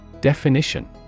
Definition